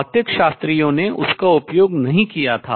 भौतिकशास्त्रियों ने उसका उपयोग नहीं किया था